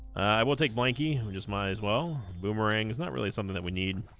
i will take blanky just might as well boomerang is not really something that we need